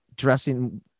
Dressing